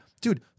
dude